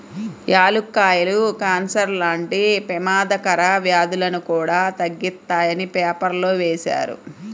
యాలుక్కాయాలు కాన్సర్ లాంటి పెమాదకర వ్యాధులను కూడా తగ్గిత్తాయని పేపర్లో వేశారు